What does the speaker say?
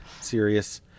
serious